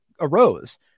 arose